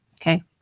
okay